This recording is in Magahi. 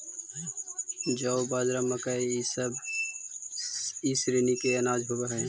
जौ, बाजरा, मकई इसब ई श्रेणी के अनाज होब हई